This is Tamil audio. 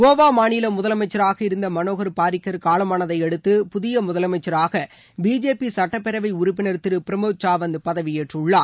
கோவா மாநில முதலமைச்சராக இருந்த மனோகர் பாரிகர் காலமானதையடுத்து புதிய முதலமைச்சராக பிஜேபி சட்டப்பேரவை உறுப்பினர் திரு பிரமோத் சாவந்த் பதவி ஏற்றுள்ளார்